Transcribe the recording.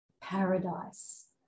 paradise